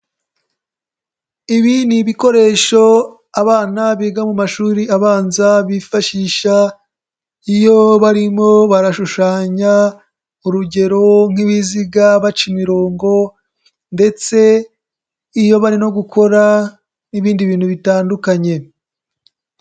Ibi ni ibikoresho abana biga mu mashuri abanza bifashisha iyo barimo barashushanya, urugero nk'ibiziga baca imirongo ndetse iyo bari no gukora n'ibindi bintu bitandukanye.